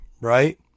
right